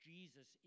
Jesus